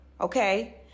okay